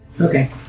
Okay